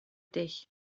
dich